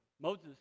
Moses